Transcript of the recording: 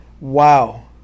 Wow